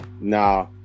Nah